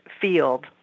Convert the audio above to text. field